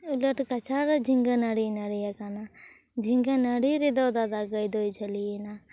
ᱩᱞᱟᱹᱴ ᱠᱟᱪᱷᱟᱲ ᱡᱷᱤᱸᱜᱟᱹ ᱱᱟᱹᱲᱤ ᱱᱟᱹᱲᱤᱭᱟᱠᱟᱱᱟ ᱡᱷᱤᱸᱜᱟᱹ ᱱᱟᱹᱲᱤ ᱨᱮᱫᱚ ᱫᱟᱫᱟ ᱜᱟᱹᱭ ᱫᱚᱭ ᱡᱷᱟᱹᱞᱤᱭᱮᱱᱟ